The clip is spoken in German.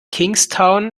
kingstown